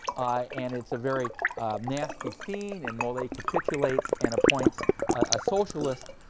and it's a very nasty scene and mollet capitulates and appoints a socialist,